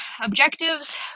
Objectives